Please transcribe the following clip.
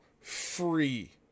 free